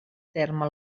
terme